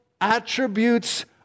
attributes